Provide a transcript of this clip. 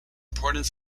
important